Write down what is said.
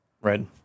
Right